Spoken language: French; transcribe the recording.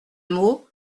mot